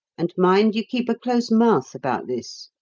and mind you keep a close mouth about this.